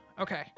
Okay